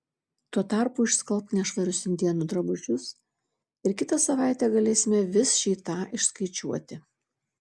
tuo tarpu išskalbk nešvarius indėnų drabužius ir kitą savaitę galėsime vis šį tą išskaičiuoti